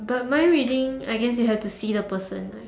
but mind reading I guess you have to see the person